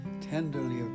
tenderly